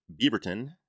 Beaverton